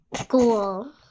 School